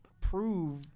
prove